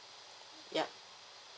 yup